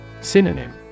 Synonym